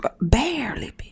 barely